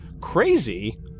crazy